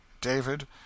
David